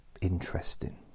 interesting